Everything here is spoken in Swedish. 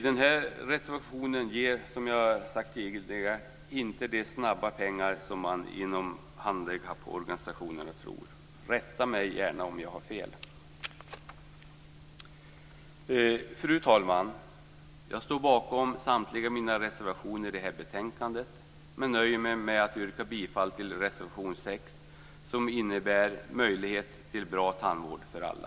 Den här reservationen ger, som jag sade tidigare, inte de snabba pengar som man inom handikapporganisationerna tror. Rätta mig gärna om jag har fel. Fru talman! Jag står bakom samtliga mina reservationer i det här betänkandet, men nöjer mig med att yrka bifall till reservation 6 som innebär möjlighet till bra tandvård för alla.